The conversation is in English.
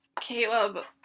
Caleb